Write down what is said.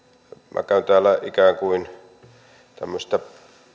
minä käyn täällä ikään kuin tämmöistä